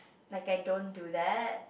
like I don't do that